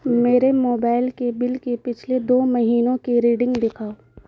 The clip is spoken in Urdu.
میرے موبائل کے بل کی پچھلے دو مہینوں کی ریڈنگ دکھاؤ